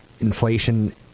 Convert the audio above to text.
inflation